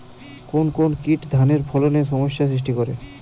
কোন কোন কীট ধানের ফলনে সমস্যা সৃষ্টি করে?